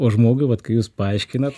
o žmogui vat kai jūs paaiškinat